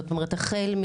זאת אומרת החל,